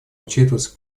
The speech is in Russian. учитываться